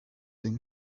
than